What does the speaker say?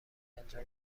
انجام